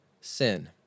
sin